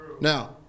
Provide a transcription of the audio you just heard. now